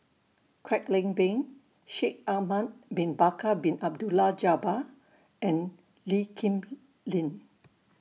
Kwek Leng Beng Shaikh Ahmad Bin Bakar Bin Abdullah Jabbar and Lee Kip Lin